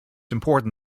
important